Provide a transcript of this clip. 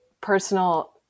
personal